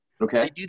Okay